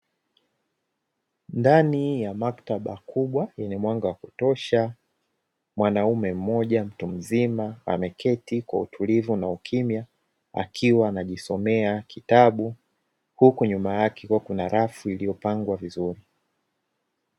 Ndani ya maktaba kubwa yenye mwanga wa kutosha, mwanaume mmoja mtu mzima ameketi kwa utulivu na ukimya akiwa anajisomea kitabu, huku nyuma yake kukiwa kuna rafu iliyopangwa vizuri.